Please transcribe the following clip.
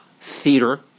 theater